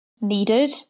needed